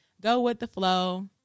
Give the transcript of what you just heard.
go-with-the-flow